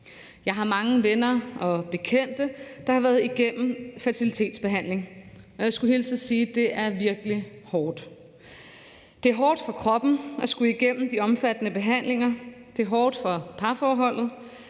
Jeg har mange venner og bekendte, der har været igennem fertilitetsbehandling, og jeg skulle hilse og sige, det er virkelig hårdt. Det er hårdt for kroppen at skulle igennem de omfattende behandlinger. Det er hårdt for parforholdet